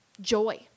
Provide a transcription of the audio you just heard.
joy